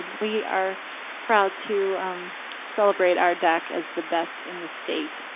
we are proud to celebrate our dac as the best in the state.